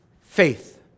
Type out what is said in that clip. faith